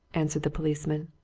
answered the policeman.